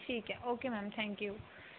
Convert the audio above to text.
ਠੀਕ ਹੈ okay ma'am thank you